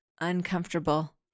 uncomfortable